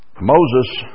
Moses